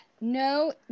no